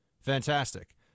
Fantastic